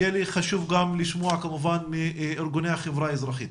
יהיה לי חשוב גם לשמוע כמובן מארגוני החברה האזרחית